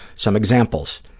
some examples,